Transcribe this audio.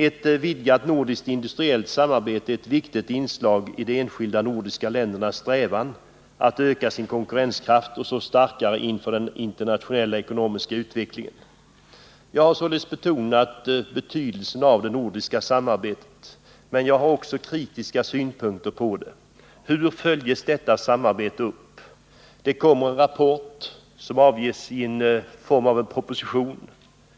Ett vidgat nordiskt industriellt samarbete är ett viktigt inslag i de enskilda nordiska ländernas strävan att öka sin konkurrenskraft och stå starkare inför den internationella ekonomiska utvecklingen. Jag har således betonat betydelsen av det nordiska samarbetet, men jag har också kritiska synpunkter på det. Hur följs detta samarbete upp? Det kommer en rapport som avges i form av en proposition,